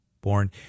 born